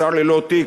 השר ללא תיק",